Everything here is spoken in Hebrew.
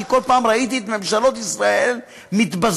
כי כל פעם ראיתי את ממשלות ישראל מתבזות,